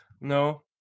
no